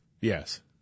Yes